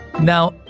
Now